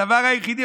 הדבר היחידי.